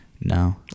No